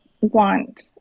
want